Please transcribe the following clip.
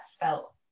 felt